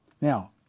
Now